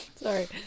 Sorry